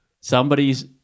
somebody's